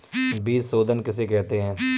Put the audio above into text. बीज शोधन किसे कहते हैं?